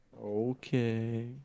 Okay